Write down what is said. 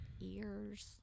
ears